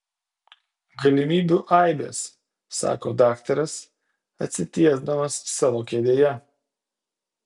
galimybių aibės sako daktaras atsitiesdamas savo kėdėje